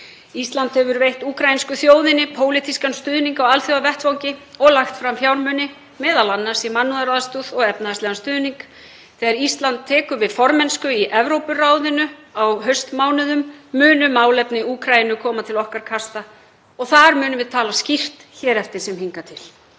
Ísland hefur veitt úkraínsku þjóðinni pólitískan stuðning á alþjóðavettvangi og lagt fram fjármuni m.a. í mannúðaraðstoð og efnahagslegan stuðning. Þegar Ísland tekur við formennsku í Evrópuráðinu í næsta mánuði munu málefni Úkraínu koma til okkar kasta og við munum tala skýrt, hér eftir sem hingað til..